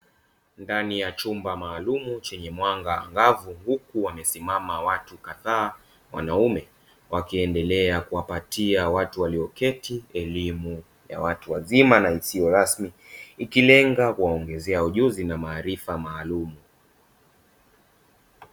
Ndani ya chumba maalumu chenye mwanga angavu huku wamesimama watu kadhaa wanaume, wakiendelea kuwapatia watu walioketi elimu ya watu wazima na isiyo rasmi, ikilenga kuwaongezea ujuzi na maarifa maalumu.